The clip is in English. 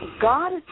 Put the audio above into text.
God